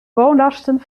woonlasten